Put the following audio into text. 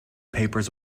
papers